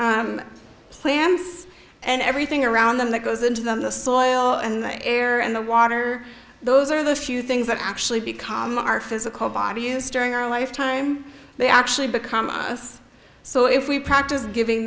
time plans and everything around them that goes into the soil and the air and the water those are the few things that actually become our physical body use during our life time they actually become us so if we practice giving